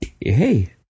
hey